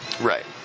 Right